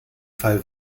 fall